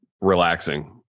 relaxing